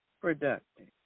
productive